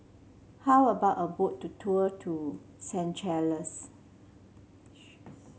how about a boat to tour to Seychelles